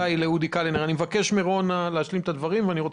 אני מבקש מרונה להשלים את הדברים ואחרי